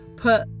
put